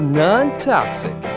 non-toxic